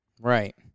Right